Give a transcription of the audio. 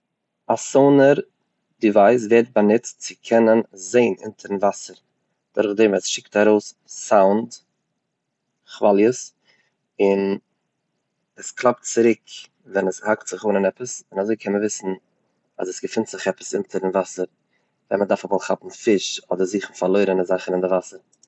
א סאנער דיווייס ווערט באנוצט צו קענען זען אונטערן וואסער, דורך דעם ווען ס'שיקט ארויס סאונד כוואליעס און עס קלאפט צוריק ווען עס האקט זיך אן אין עפעס און אזוי קען מען וויסן אז עס געפינט זיך עפעס אונטערן וואסער, ווען מען דארף אמאל כאפן פיש אדער זוכן פארלוירענע זאכן אין די וואסער.